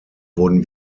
wurden